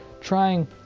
Trying